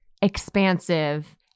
expansive